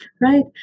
right